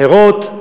אחרות,